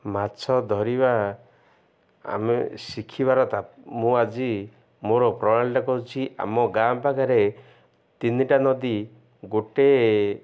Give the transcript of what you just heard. ମାଛ ଧରିବା ଆମେ ଶିଖିବାର ତା ମୁଁ ଆଜି ମୋର ପ୍ରଣାଳୀଟା କହୁଛି ଆମ ଗାଁ ପାଖରେ ତିନିଟା ନଦୀ ଗୋଟେ